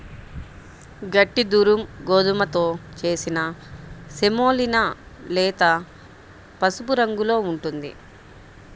గట్టి దురుమ్ గోధుమతో చేసిన సెమోలినా లేత పసుపు రంగులో ఉంటుంది